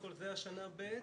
זו שנה ב'.